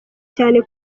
cyane